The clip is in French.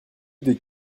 des